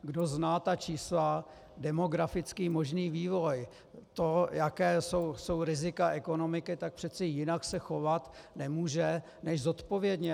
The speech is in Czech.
Kdo zná ta čísla, demografický možný vývoj, to, jaká jsou rizika ekonomiky, tak přece jinak se chovat nemůže než zodpovědně.